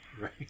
right